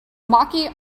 maki